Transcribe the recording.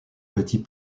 petit